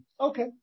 Okay